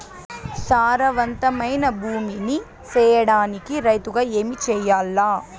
సారవంతమైన భూమి నీ సేయడానికి రైతుగా ఏమి చెయల్ల?